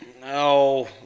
No